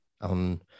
on